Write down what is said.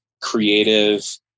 creative